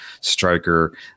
striker